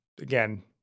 again